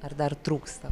ar dar trūksta